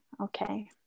okay